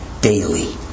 daily